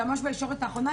זה ממש בישורת האחרונה,